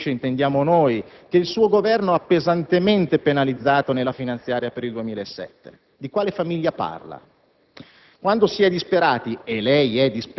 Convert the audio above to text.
oppure alla famiglia tradizionale - quella che, invece, intendiamo noi - che il suo Governo ha pesantemente penalizzato nella Finanziaria per il 2007. Vorrei capire di quale famiglia parla.